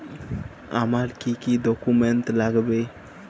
আমার কি কি ডকুমেন্ট লাগবে?